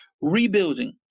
rebuilding